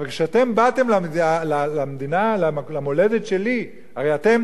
אבל כשאתם באתם למדינה, למולדת שלי, הרי אתם